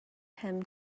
him